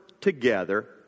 together